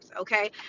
okay